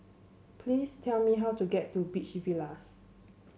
please tell me how to get to Beach Villas